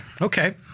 Okay